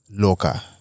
loka